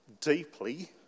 deeply